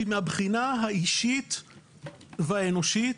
כי מהבחינה האישית והאנושית,